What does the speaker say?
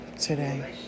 today